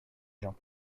gens